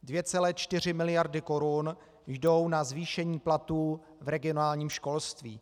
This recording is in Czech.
2,4 miliardy korun jdou na zvýšení platů v regionálním školství.